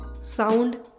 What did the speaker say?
sound